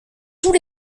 tous